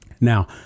Now